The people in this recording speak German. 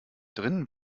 drinnen